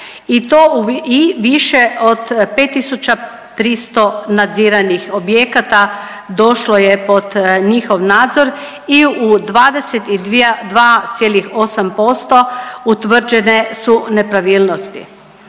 i to u više od 5.300 nadziranih objekata došlo je pod njihov nadzor i u 22,8% utvrđene su nepravilnosti.